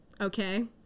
okay